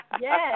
yes